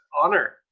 honor